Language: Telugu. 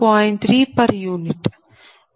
3p